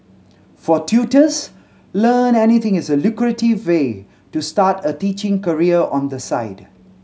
for tutors Learn Anything is a lucrative way to start a teaching career on the side